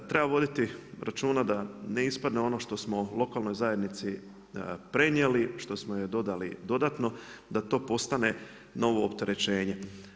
Treba voditi računa da ne ispadne ono što smo lokalnoj zajednici prenijeli, što smo joj dodali dodatno da to postane novo opterećenje.